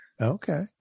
Okay